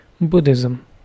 Buddhism